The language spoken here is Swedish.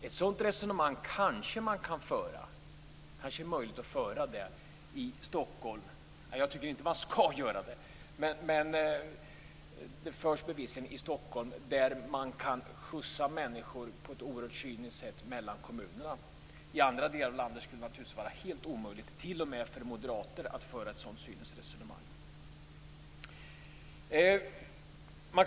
Ett sådant resonemang är kanske möjligt att föra i Stockholm - även om jag inte tycker att man skall göra det - där man på ett oerhört cyniskt sätt kan skjutsa människor mellan kommunerna. I andra delar av landet skulle det naturligtvis vara helt omöjligt, t.o.m. för moderater, att föra ett så cyniskt resonemang.